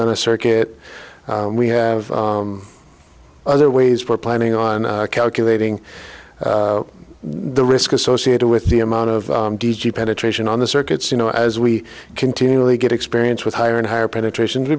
on a circuit we have other ways we're planning on calculating the risk associated with the amount of d g penetration on the circuits you know as we continually get experience with higher and higher penetration to